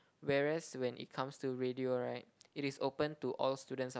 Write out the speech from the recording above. whereas when it comes to radio right it is open to all students of